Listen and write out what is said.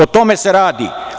O tome se radi.